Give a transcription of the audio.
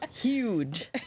Huge